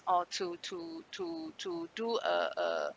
or to to to to do uh uh